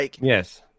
Yes